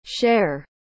Share